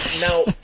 Now